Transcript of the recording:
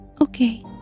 Okay